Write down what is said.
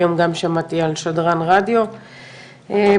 היום גם שמעתי על שדרן רדיו בחיפה,